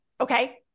okay